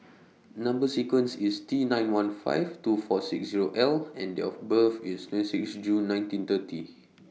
Number sequence IS T nine one five two four six Zero I and Date of birth IS twenty six June nineteen thirty